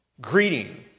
greeting